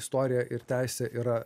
istorija ir teisė yra